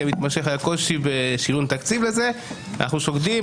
המתמשך היה קושי בשריון תקציב לזה ואנחנו שוקדים.